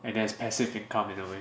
and as passive income in a way